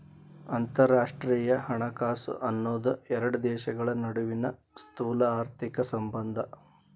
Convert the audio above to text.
ಅಂತರರಾಷ್ಟ್ರೇಯ ಹಣಕಾಸು ಅನ್ನೋದ್ ಎರಡು ದೇಶಗಳ ನಡುವಿನ್ ಸ್ಥೂಲಆರ್ಥಿಕ ಸಂಬಂಧ